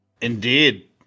Indeed